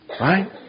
right